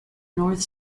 north